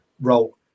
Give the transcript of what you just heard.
role